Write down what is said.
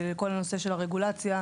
לכל הנושא של הרגולציה,